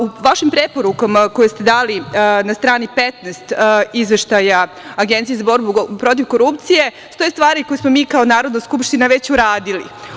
U vašim preporukama koje ste dali na strani 15 Izveštaja Agencije za borbu protiv korupcije stoje stvari koje smo mi kao Narodna skupština već uradili.